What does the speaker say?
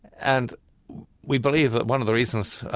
and we believe that one of the reasons,